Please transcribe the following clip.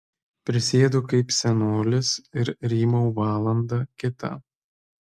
prisėdu kaip senolis ir rymau valandą kitą